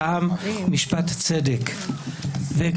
--- חבר הכנסת גלעד קריב,